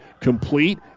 Complete